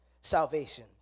salvation